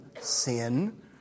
sin